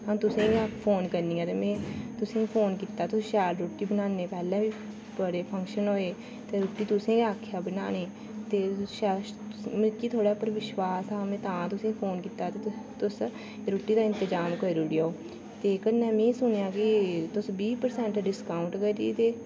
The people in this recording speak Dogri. में तुसेंगी गेै फोन करनी आं तुसें गी फोन कीता तुस शैल रुट्टी बनांदे ओ पैले बी बड़े फंक्शन होए रुट्टी तुसें गी गै आखेआ बनाने गी ते मिकी थुहाड़े उप्पर विश्वास ऐ में तां तुसें गी फोन कीता ते तुस रुट्टी दा इंतजाम करी ओड़ेओ कन्नै में सुनेआ के तुस बी डिस्कोंट करी दे